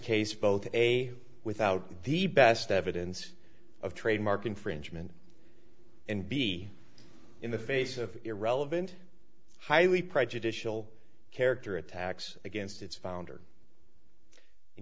case both a without the best evidence of trademark infringement and b in the face of irrelevant highly prejudicial character attacks against its founder and